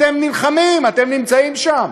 אתם נלחמים, אתם נמצאים שם.